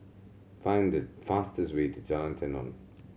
find the fastest way to Jalan Tenon